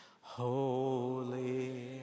Holy